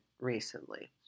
recently